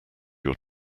your